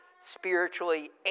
spiritually